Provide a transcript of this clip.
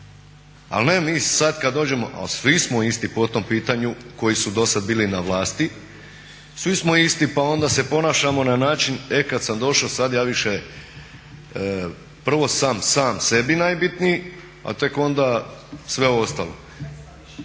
Ali ne, mi sad kad dođemo, a svi smo isti po tom pitanju koji su dosad bili na vlasti, svi smo isti pa onda se ponašamo na način e kad sam došao sad ja više, prvo sam sam sebi najbitniji, a tek onda sve ostalo.